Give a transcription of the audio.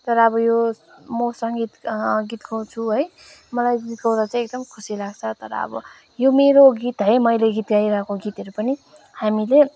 तर अब यो म सङ्गीत गीत गाउँछु है मलाई गीत गाउँदा चाहिँ एकदम खुसी लाग्छ तर अब यो मेरो गीत है मैले गीत गाइरहेको गीतहरू पनि हामीले